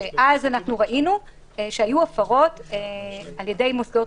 שאז ראינו שהיו הפרות על ידי מוסדות